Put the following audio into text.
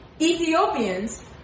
Ethiopians